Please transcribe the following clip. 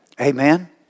Amen